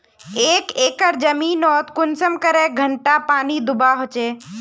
एक एकर जमीन नोत कुंसम करे घंटा पानी दुबा होचए?